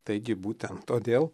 taigi būtent todėl